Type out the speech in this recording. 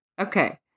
Okay